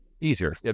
easier